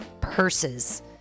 purses